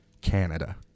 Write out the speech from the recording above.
Canada